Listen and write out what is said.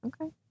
Okay